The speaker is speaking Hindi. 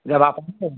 जब आप आएँगे